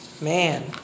man